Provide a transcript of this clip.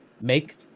make